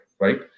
right